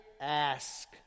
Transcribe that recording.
ask